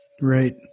Right